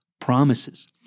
promises